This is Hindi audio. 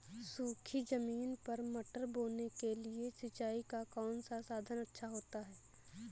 सूखी ज़मीन पर मटर बोने के लिए सिंचाई का कौन सा साधन अच्छा होता है?